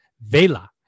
Vela